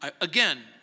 Again